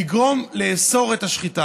לאסור את השחיטה.